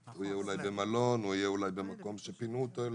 הוא יהיה אולי במלון או במקום שפינו אותו אליו.